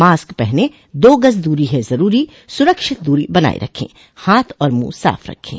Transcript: mask पहनें दो गज़ दूरी है ज़रूरी सुरक्षित दूरी बनाए रखें हाथ और मुंह साफ़ रखें